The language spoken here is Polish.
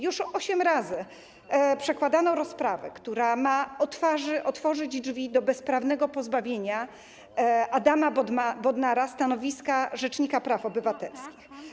Już osiem razy przekładano rozprawę, która ma otworzyć drzwi do bezprawnego pozbawienia Adama Bodnara stanowiska rzecznika praw obywatelskich.